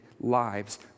lives